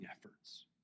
efforts